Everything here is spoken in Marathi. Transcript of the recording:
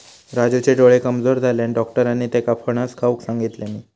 राजूचे डोळे कमजोर झाल्यानं, डाक्टरांनी त्येका फणस खाऊक सांगितल्यानी